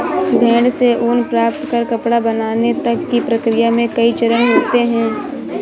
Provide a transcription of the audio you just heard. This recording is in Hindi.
भेड़ से ऊन प्राप्त कर कपड़ा बनाने तक की प्रक्रिया में कई चरण होते हैं